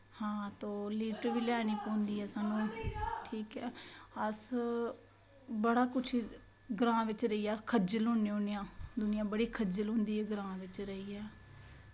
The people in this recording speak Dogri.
हां तो लिफ्ट बी लैनी पौंदी ऐ साह्नू ठीक ऐ अस बड़ा कुछ ग्रांऽ बिच्च रोहियै अस खज्जल होन्ने होन्ने आं दुनियां बड़ी खज्जल होंदी ऐ ग्रांऽ बिच्च रेहियै